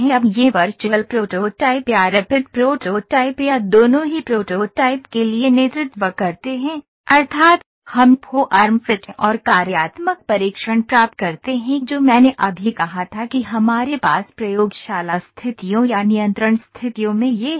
अब ये virtual prototype या रैपिड प्रोटोटाइप या दोनों ही प्रोटोटाइप के लिए नेतृत्व करते हैं अर्थात् हम फॉर्म फिट और कार्यात्मक परीक्षण प्राप्त करते हैं जो मैंने अभी कहा था कि हमारे पास प्रयोगशाला स्थितियों या नियंत्रण स्थितियों में यह है